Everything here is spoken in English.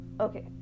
Okay